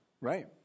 Right